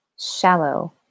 shallow